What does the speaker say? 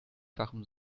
fachem